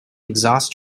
exhaust